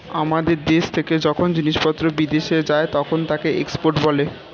আমাদের দেশ থেকে যখন জিনিসপত্র বিদেশে যায় তখন তাকে এক্সপোর্ট বলে